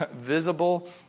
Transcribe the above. visible